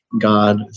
God